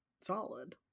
solid